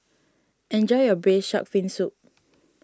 enjoy your Braised Shark Fin Soup